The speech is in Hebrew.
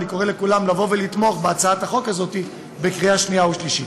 ואני קורא לכולכם לתמוך בהצעת החוק הזאת בקריאה שנייה ושלישית.